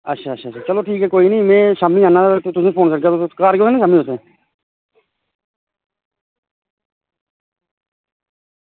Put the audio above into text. अच्छा अच्छा चलो कोई निं में शामीं आना में तुसेंगी फोन करगा तुस शामीं घर गै ओह् ना